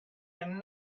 and